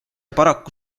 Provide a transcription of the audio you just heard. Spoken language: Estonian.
paraku